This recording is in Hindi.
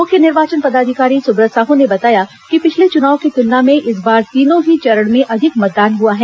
मुख्य निर्वाचन पदाधिकारी सुब्रत साहू ने बताया कि पिछले चुनाव की तुलना में इस बार तीनों ही चरण में अधिक मतदान हुआ है